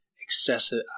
excessive